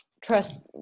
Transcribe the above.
trust